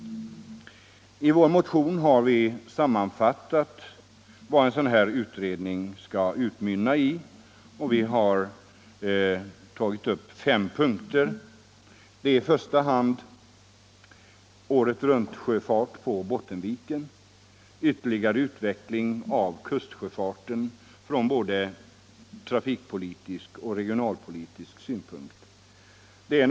I vår motion har vi sammanfattat vad en sådan här utredning bör utmynna i. Vi har tagit upp fem punkter: 2. Ytterligare utveckling av kustsjöfarten från både trafikpolitisk och regionalpolitisk synpunkt. 3.